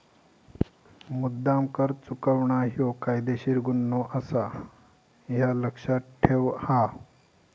मुद्द्दाम कर चुकवणा ह्यो कायदेशीर गुन्हो आसा, ह्या लक्ष्यात ठेव हां